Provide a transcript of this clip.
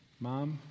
Mom